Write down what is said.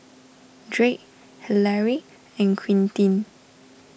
Drake Hilary and Quintin